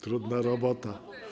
Trudna robota.